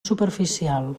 superficial